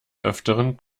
öfteren